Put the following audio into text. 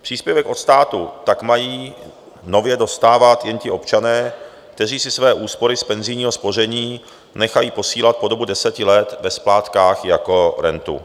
Příspěvek od státu tak mají nově dostávat jen ti občané, kteří si své úspory z penzijního spoření nechají posílat po dobu deseti let ve splátkách jako rentu.